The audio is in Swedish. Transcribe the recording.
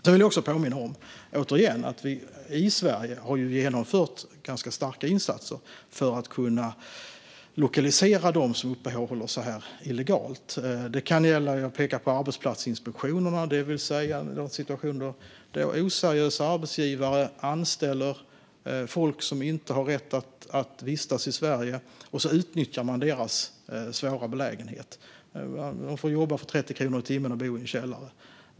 Jag vill återigen påminna om att vi i Sverige har genomfört ganska starka insatser för att kunna lokalisera dem som uppehåller sig här illegalt och pekade då på arbetsplatsinspektionerna. Det finns oseriösa arbetsgivare som anställer folk som inte har rätt att vistas i Sverige och utnyttjar deras svåra belägenhet. De får jobba för 30 kronor i timmen och bo i en källare.